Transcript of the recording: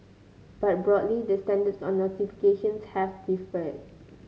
but broadly the standards on notification have differed